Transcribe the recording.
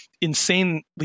insanely